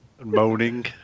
moaning